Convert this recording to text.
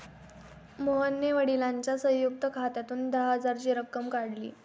मोहनने वडिलांच्या संयुक्त खात्यातून दहा हजाराची रक्कम काढली